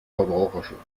verbraucherschutz